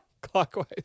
Clockwise